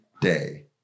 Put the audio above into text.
day